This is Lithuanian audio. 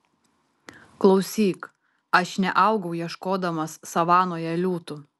klausyk aš neaugau ieškodamas savanoje liūtų